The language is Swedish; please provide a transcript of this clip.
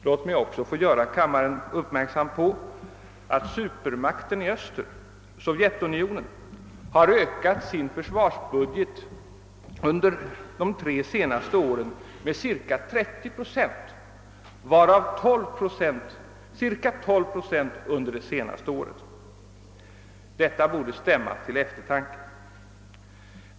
Låt mig också få göra kammaren uppmärksam på att supermakten i öster — Sovjetunionen — har ökat sin försvarsbudget under de senaste tre åren med cirka 30 procent, varav cirka 12 procent enbart under det senaste året. Detta borde stämma till eftertanke.